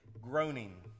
groaning